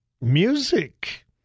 music